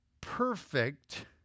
perfect